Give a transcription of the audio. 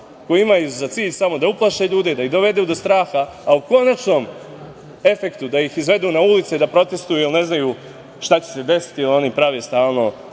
koje imaju za cilj samo da uplaše ljude, da ih dovedu do straha, a u konačnom efektu da ih izvedu na ulice da protestvuju jer ne znaju šta će se desiti i oni prave stalno